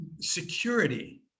security